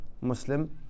Muslim